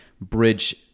bridge